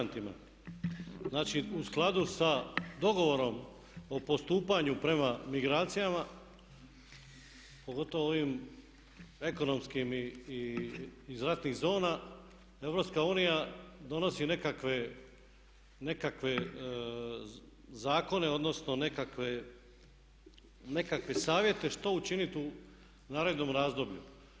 Znači, u skladu sa dogovorom o postupanju prema migracijama, pogotovo ovim ekonomskim i iz ratnih zona EU donosi nekakve zakone odnosno nekakve savjete što učiniti u narednom razdoblju.